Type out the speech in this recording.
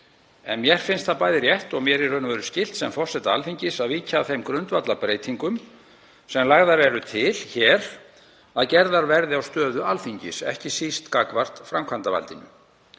Mér finnst það bæði rétt og mér skylt sem forseta Alþingis að víkja að þeim grundvallarbreytingum sem lagt er til hér að gerðar verði á stöðu Alþingis, ekki síst gagnvart framkvæmdarvaldinu.